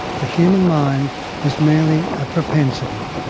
the human mind is merely a propensity,